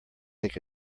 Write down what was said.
take